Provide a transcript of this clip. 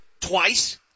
twice